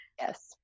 Yes